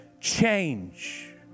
change